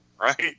right